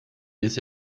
bis